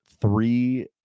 three